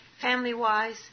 family-wise